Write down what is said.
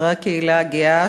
חברי הקהילה הגאה,